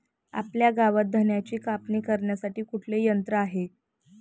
आपल्या गावात धन्याची कापणी करण्यासाठी कुठले यंत्र आहे?